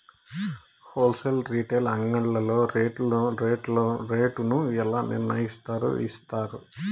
Whole sale retail అంగడ్లలో rate ను ఎలా నిర్ణయిస్తారు యిస్తారు?